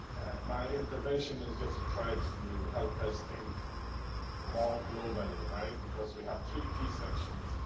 my intervention is just to try to help us think more globally, right? because we have three key sections.